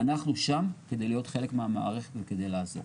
ואנחנו שם כדי להיות חלק מהמערכת וכדי לעזור.